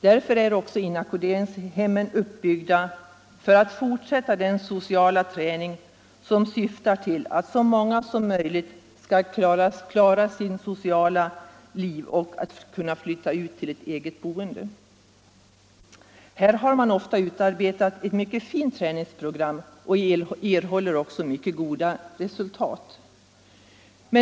Därför är också inackorderingshemmen uppbyggda för att fortsätta den sociala träning som syftar till att så många som möjligt skall kunna klara sitt sociala liv i ett eget boende. Här har man ofta utarbetat ett mycket fint träningsprogram, och man har också erhållit mycket goda resultat.